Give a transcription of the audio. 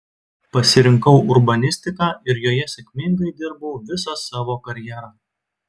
pasirinkau urbanistiką ir joje sėkmingai dirbau visą savo karjerą